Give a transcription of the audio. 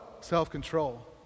self-control